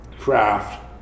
craft